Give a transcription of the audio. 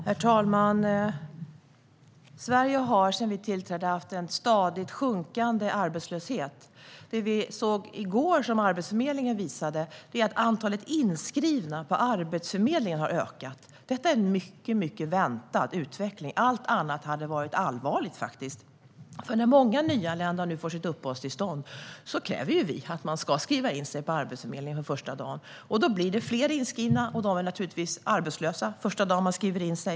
Herr talman! Sverige har sedan vi tillträdde haft en stadigt sjunkande arbetslöshet. Det Arbetsförmedlingen visade i går är att antalet inskrivna på Arbetsförmedlingen har ökat. Detta är en mycket väntad utveckling. Allt annat hade faktiskt varit allvarligt. För när många nyanlända nu får sitt uppehållstillstånd kräver vi att de ska skriva in sig på Arbetsförmedlingen från första dagen. Då blir det fler inskrivna. Och de är naturligtvis arbetslösa första dagen då de skriver in sig.